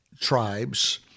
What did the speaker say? tribes